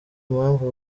mpamvu